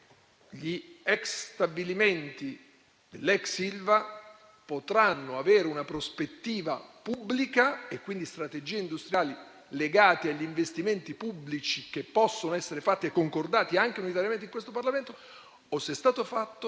gli ex stabilimenti dell'ex ILVA potranno avere una prospettiva pubblica e quindi strategie industriali legate agli investimenti pubblici che possono essere fatti e concordati anche unitariamente in questo Parlamento, o se è stato fatto